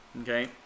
Okay